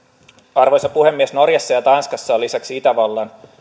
arvoisa puhemies norjassa ja tanskassa on lisäksi itävallan